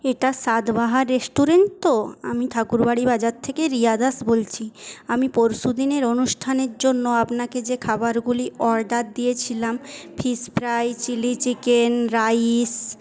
এটা স্বাদবাহার রেস্টুরেন্ট তো আমি ঠাকুরবাড়ি বাজার থেকে রিয়া দাস বলছি আমি পরশু দিনের অনুষ্ঠানের জন্য আপনাকে যে খাবারগুলি অর্ডার দিয়েছিলাম fish fry chilli chicken rice